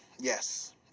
yes